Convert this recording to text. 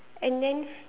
and then